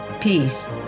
peace